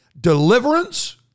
Deliverance